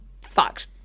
fucked